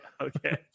okay